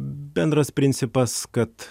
bendras principas kad